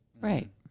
Right